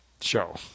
show